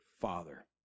father